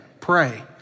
pray